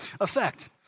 effect